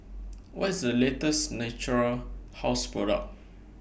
What IS The latest Natura House Product